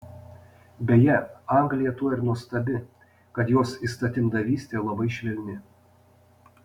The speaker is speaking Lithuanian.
beje anglija tuo ir nuostabi kad jos įstatymdavystė labai švelni